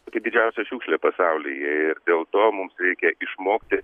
pati didžiausia šiukšlė pasaulyje ir dėl to mums reikia išmokti